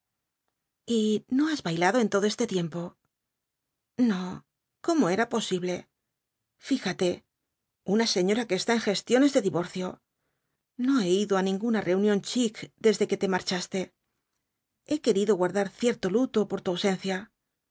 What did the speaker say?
no has bailado en todo este tiempo no cómo era posible fíjate una señora que está en gestiones de divorcio no he ido á ninguna reunión chic desde que te marchaste he querido guardar cierto luto por tu ausencia